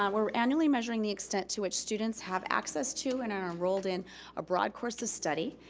um we're annually measuring the extent to which students have access to and are enrolled in a broad course of study.